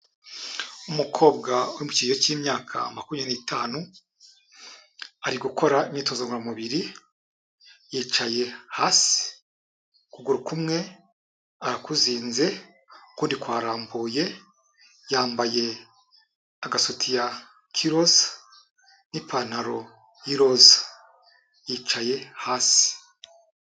Umukobwa uri mu kigero cy'imyaka makumyabiri n'itanu ari gukora imyitozo ngoramubiri, yicaye hasi, ukuguru kumwe arakuzinze ukundi kwarambuye, yambaye agasutiya k'iroza n'ipantaro y'iroza, yicaye hasi.